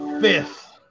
fifth